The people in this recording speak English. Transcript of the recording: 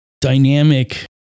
dynamic